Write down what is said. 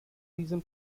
reason